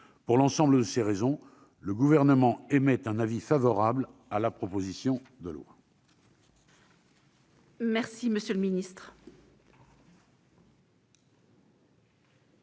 Pour l'ensemble de ces raisons, le Gouvernement émet un avis favorable sur la présente proposition de loi.